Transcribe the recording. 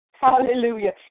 Hallelujah